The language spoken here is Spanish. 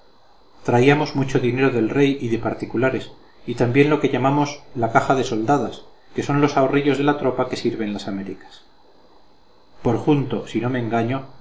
traíamos mucho dinero del rey y de particulares y también lo que llamamos la caja de soldadas que son los ahorrillos de la tropa que sirve en las américas por junto si no me engaño